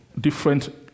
different